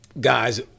guys